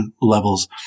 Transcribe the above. levels